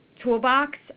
toolbox